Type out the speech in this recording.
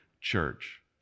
church